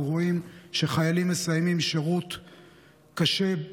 אנחנו רואים שחיילים מסיימים שירות קשה,